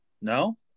no